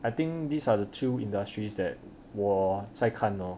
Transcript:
I think these are the two industries that 我在看 lor